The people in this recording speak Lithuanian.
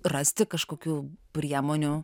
rasti kažkokių priemonių